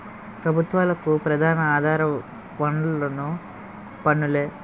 ప్రభుత్వాలకు ప్రధాన ఆధార వనరులు పన్నులే